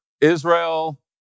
Israel